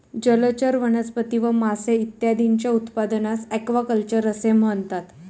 जलचर वनस्पती व मासे इत्यादींच्या उत्पादनास ॲक्वाकल्चर असे म्हणतात